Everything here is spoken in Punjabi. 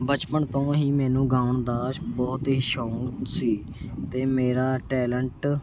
ਬਚਪਨ ਤੋਂ ਹੀ ਮੈਨੂੰ ਗਾਉਣ ਦਾ ਸ਼ ਬਹੁਤ ਹੀ ਸ਼ੌਂਕ ਸੀ ਅਤੇ ਮੇਰਾ ਟੈਲਂਟ